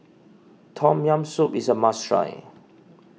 Tom Yam Soup is a must try